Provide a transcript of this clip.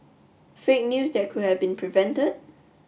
fake news that could have been prevented